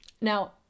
now